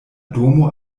domo